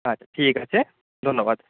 আচ্ছা ঠিক আছে ধন্যবাদ